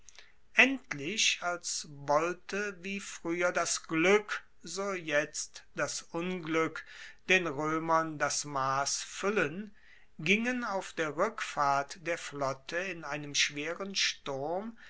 endlich als wollte wie frueher das glueck so jetzt das unglueck den roemern das mass fuellen gingen auf der rueckfahrt der flotte in einem schweren sturm